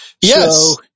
Yes